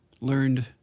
learned